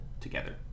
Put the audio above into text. together